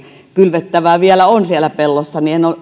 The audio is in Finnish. vielä on kylvettävää siihen peltoon